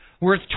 worth